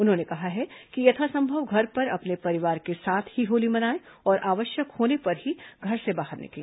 उन्होंने कहा है कि यथासंभव घर पर अपने परिवार के साथ ही होली मनाएं और आवश्यक होने पर ही घर से बारह निकलें